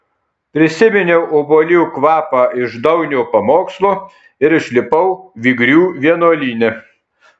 prisiminiau obuolių kvapą iš daunio pamokslo ir išlipau vygrių vienuolyne